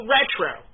Retro